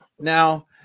now